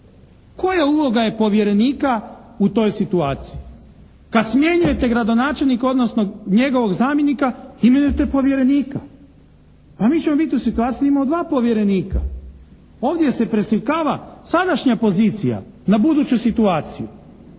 Koja uloga je povjerenika u toj situaciji? Kad smjenjujete gradonačelnika odnosno njegovog zamjenika imenujete povjerenika. Pa mi ćemo biti u situaciji da imamo dva povjerenika. Ovdje se preslikava sadašnja pozicija na buduću situaciju.